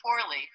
poorly